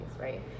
right